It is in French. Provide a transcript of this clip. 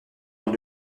dans